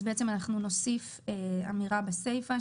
אז נוסיף אמירה בסיפא,